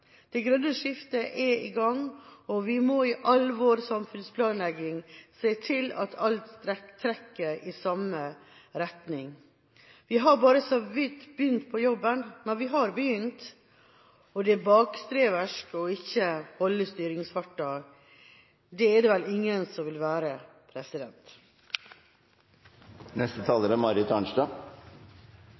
Det grønne skiftet er i gang, og vi må i all vår samfunnsplanlegging se til at alt trekker i samme retning. Vi har bare så vidt begynt på jobben, men vi har begynt, og det er bakstreversk ikke å holde styringsfarten. Det er det vel ingen som vil være. Det er